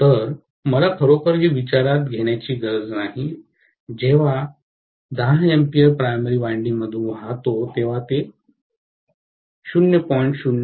तर मला खरोखर हे विचारात घेण्याची गरज नाही जेव्हा 10 A प्राइमरी वायंडिंग मधून वाहते तेव्हा ते 0